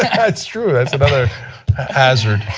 that's true, that's another hazard.